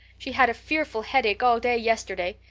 she had a fearful headache all day yesterday.